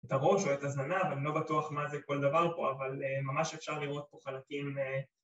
‫את הראש או את הזנב, ‫אני לא בטוח ‫מה זה כל דבר פה, ‫אבל ממש אפשר לראות חלקים...